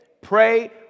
pray